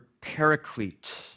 paraclete